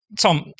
Tom